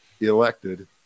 elected